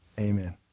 amen